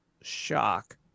shock